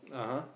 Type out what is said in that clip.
(uh huh)